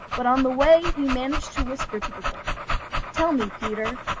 but on the way he managed to whisper to the wolf tell me, peter,